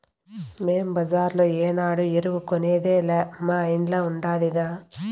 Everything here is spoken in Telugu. మేము బజార్లో ఏనాడు ఎరువు కొనేదేలా మా ఇంట్ల ఉండాదిగా